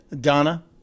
Donna